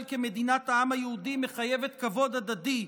כמדינת העם היהודי מחייבת כבוד הדדי,